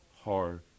hard